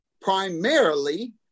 primarily